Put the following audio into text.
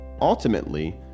ultimately